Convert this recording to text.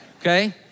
Okay